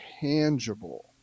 tangible